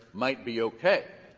might be okay.